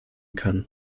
kann